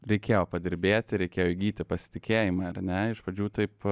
reikėjo padirbėti reikėjo įgyti pasitikėjimą ar ne iš pradžių taip